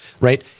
right